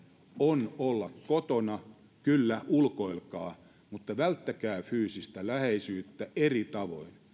on olla nyt kotona kyllä ulkoilkaa mutta välttäkää fyysistä läheisyyttä eri tavoin